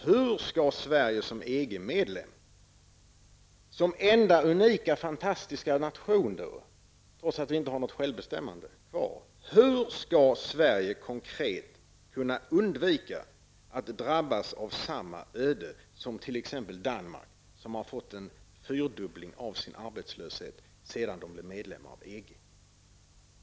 Hur skall Sverige som EG-medlem, som enda unika fantastiska nation som då trots allt inte har något självbestämmande, konkret kunna undvika att drabbas av samma öde som t.ex. Danmark, som har fått en fyrdubbling av sin arbetslöshet sedan Danmark blev EG-medlem?